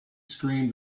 screamed